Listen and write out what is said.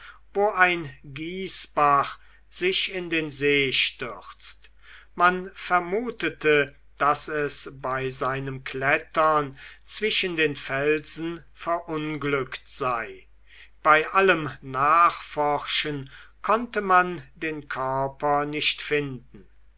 wo ein gießbach sich in den see stürzte man vermutete daß es bei seinem klettern zwischen den felsen verunglückt sei bei allem nachforschen konnte man den körper nicht finden